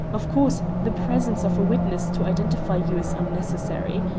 of course, the presence of a witness to identify you is unnecessary.